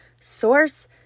source